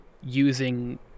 using